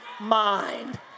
mind